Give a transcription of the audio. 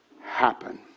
happen